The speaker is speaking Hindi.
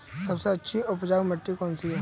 सबसे अच्छी उपजाऊ मिट्टी कौन सी है?